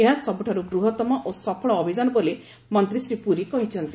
ଏହା ସବୁଠାରୁ ବୃହତ୍ତମ ଓ ସଫଳ ଅଭିଯାନ ବୋଲି ମନ୍ତ୍ରୀ ଶ୍ରୀପୁରୀ କହିଛନ୍ତି